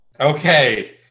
Okay